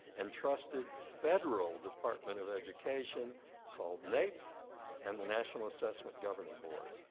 and trusted federal department of education called naep and the national assessment governing board?